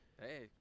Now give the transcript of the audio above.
Hey